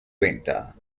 venta